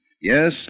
Yes